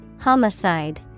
Homicide